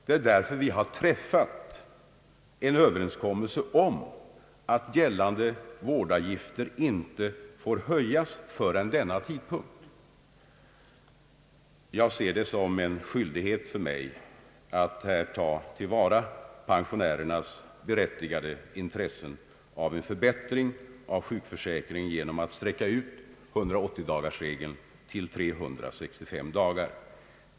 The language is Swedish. Det är därför det har träffats en överenskommelse om att gällande vårdavgifter inte får höjas förrän efter nämnda datum. Jag ser det som en skyldighet för mig att ta till vara pensionärernas berättigade intresse av en förbättring av sjukförsäkringen genom att utsträcka 180-dagarsregeln till att avse 365 dagar.